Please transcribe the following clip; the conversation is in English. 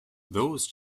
those